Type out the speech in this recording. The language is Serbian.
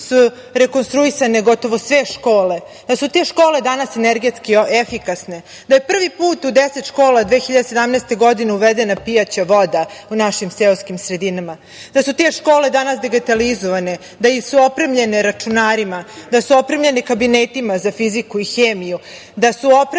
su rekonstruisane gotovo sve škole, da su te škole danas energetski efikasne, da je prvi put u deset škola 2017. godine uvedena pijaća voda u našim seoskim sredinama, da su te škole danas digitalizovane, da su opremljene računarima, da su opremljene kabinetima za fiziku i hemiju, da su opremljene